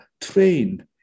trained